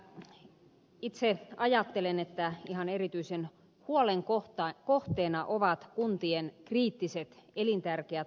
kyllä itse ajattelen että ihan erityisen huolen kohteena ovat kuntien kriittiset elintärkeät palvelut